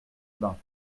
bains